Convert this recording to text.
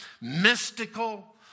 mystical